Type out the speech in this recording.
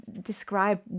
describe